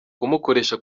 kumukoresha